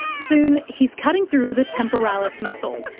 soon, he's cutting through the temporalis muscle,